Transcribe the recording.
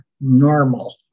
normal